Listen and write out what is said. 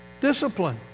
discipline